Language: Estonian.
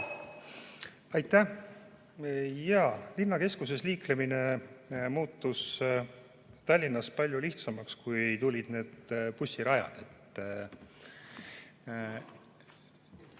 Aitäh! Jaa, linnakeskuses liiklemine muutus Tallinnas palju lihtsamaks, kui tulid bussirajad.